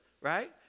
right